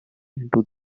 into